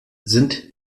sind